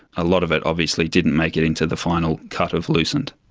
a lot of it obviously didn't make it into the final cut of lucent.